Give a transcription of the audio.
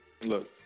Look